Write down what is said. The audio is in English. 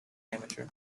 amateur